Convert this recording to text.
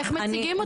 איך מציגים אותם.